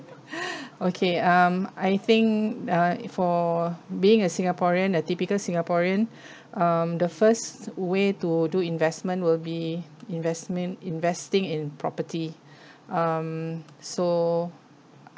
okay um I think uh for being a singaporean a typical singaporean um the first way to do investment will be investment investing in property um so